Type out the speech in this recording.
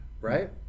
right